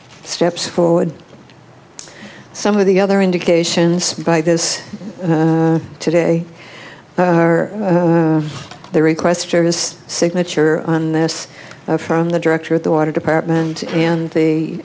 steps forward some of the other indications by this today are the request for his signature on this from the director of the water department and the